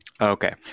Okay